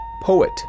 poet